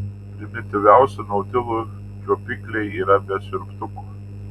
primityviausių nautilų čiuopikliai yra be siurbtukų